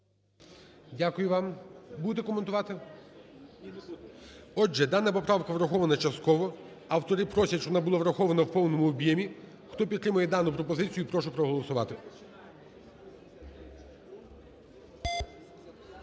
Дякую вам. Будете коментувати? Отже, дана поправка врахована частково, автори просять, щоби вона була врахована в повному об'ємі. Хто підтримує дану пропозицію, прошу проголосувати.